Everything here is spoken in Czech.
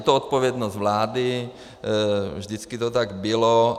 Je to odpovědnost vlády, vždycky to tak bylo.